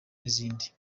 n’izindi